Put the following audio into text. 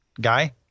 guy